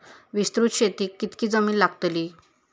विस्तृत शेतीक कितकी जमीन लागतली?